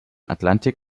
atlantik